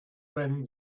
wenn